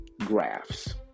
graphs